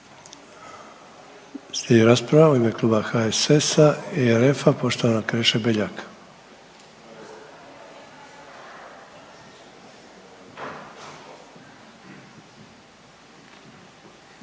Slijedi rasprava u ime Kluba HSS-a i RF-a poštovanog Kreše Beljaka.